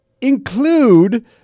include